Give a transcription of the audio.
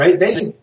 right